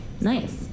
Nice